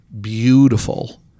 beautiful